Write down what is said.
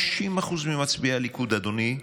50% ממצביעי הליכוד, אדוני,